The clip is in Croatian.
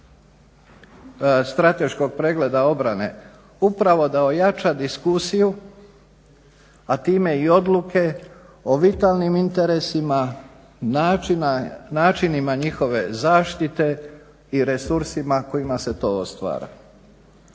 strateškog pregleda obrane upravo da ojača diskusiju a time i odluke o vitalnim interesima, načinima njihove zaštite i resursima kojima se to stvara.